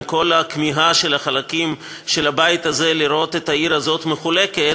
עם כל הכמיהה של חלקים של הבית הזה לראות את העיר הזאת מחולקת,